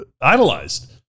idolized